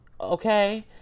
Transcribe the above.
Okay